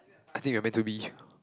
I think we are meant to be